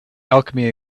alchemy